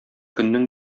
көннең